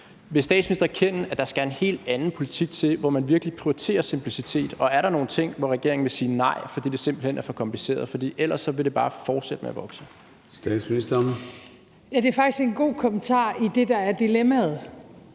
Vil statsministeren erkende, at der skal en helt anden politik til, hvor man virkelig prioriterer simplicitet? Og er der nogle ting, hvor regeringen vil sige nej, fordi det simpelt hen er for kompliceret? For ellers vil det bare fortsætte med at vokse.